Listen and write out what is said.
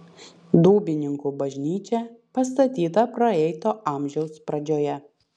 dūbininkų bažnyčia pastatyta praeito amžiaus pradžioje